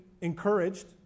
encouraged